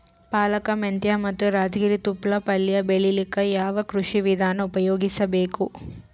ಪಾಲಕ, ಮೆಂತ್ಯ ಮತ್ತ ರಾಜಗಿರಿ ತೊಪ್ಲ ಪಲ್ಯ ಬೆಳಿಲಿಕ ಯಾವ ಕೃಷಿ ವಿಧಾನ ಉಪಯೋಗಿಸಿ ಬೇಕು?